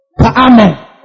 Amen